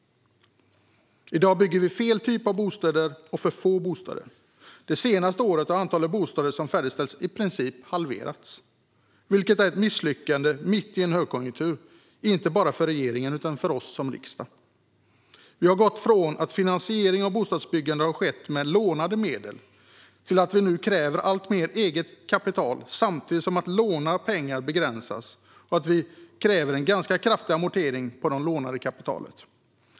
I dag bygger vi fel typ av bostäder och för få bostäder. Det senaste året har antalet bostäder som färdigställs i princip halverats, vilket är ett misslyckande mitt i en högkonjunktur inte bara för regeringen utan för oss som riksdag. Vi har gått från att finansiering av bostadsbyggande skett med lånade medel till att finansieringen nu kräver alltmer eget kapital samtidigt som möjligheterna att låna pengar begränsas, och det krävs ganska kraftiga amorteringar på det lånade kapitalet.